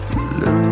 Little